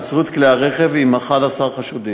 עצרו את כלי הרכב עם 11 חשודים,